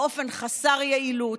באופן חסר יעילות,